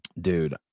dude